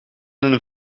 een